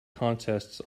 contests